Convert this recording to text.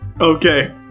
Okay